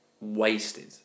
wasted